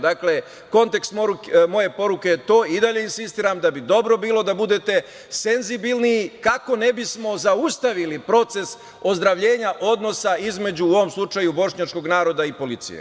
Dakle, kontekst moje poruke je to, i dalje insistiram da bi dobro bilo da budete senzibilni, kako ne bismo zaustavili proces ozdravljenja odnosa između, u ovom slučaju, bošnjačkog naroda i policije.